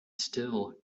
still